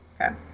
okay